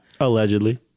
Allegedly